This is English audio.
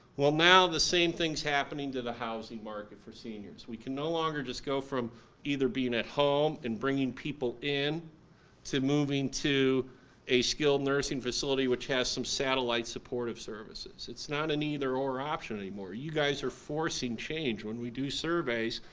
well now, the same thing's happening to the housing market for seniors. we can no longer just go from either being at home and bringing people in to moving to a scaled nursing facility which has some satellite supportive services. it's not an either or option anymore. you guys are forcing change. when we do surveys,